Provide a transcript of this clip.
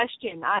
question